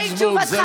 זה